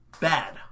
Bad